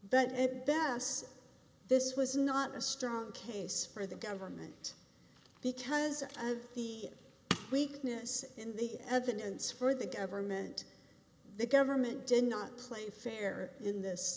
s that this was not a strong case for the government because of the weakness in the evidence for the government the government did not play fair in this